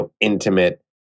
intimate